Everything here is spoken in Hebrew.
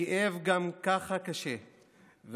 הכאב גם ככה קשה,